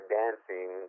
dancing